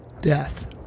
death